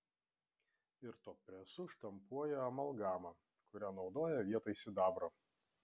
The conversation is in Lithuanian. ir tuo presu štampuoja amalgamą kurią naudoja vietoj sidabro